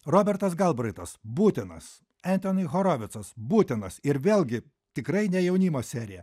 robertas galbraitas būtinas entoni horovicas būtinas ir vėlgi tikrai ne jaunimo serija